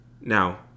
Now